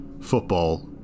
football